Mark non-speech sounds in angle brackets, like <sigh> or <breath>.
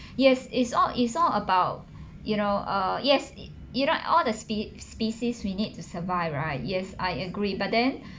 <breath> yes it's all it's all about you know uh yes it you know all the spe~ species we need to survive right yes I agree but then <breath>